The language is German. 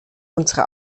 unsere